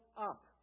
up